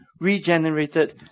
Regenerated